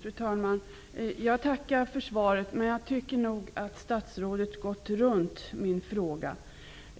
Fru talman! Jag tackar för svaret, men jag tycker att statsrådet gått runt min fråga.